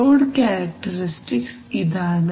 load characteristics ഇതാണ്